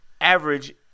average